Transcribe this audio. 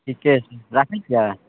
ठीके छै राखै छियै